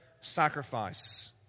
Sacrifice